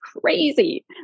crazy